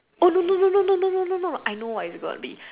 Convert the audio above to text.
oh no no no no no no no I know I've got this